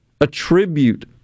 attribute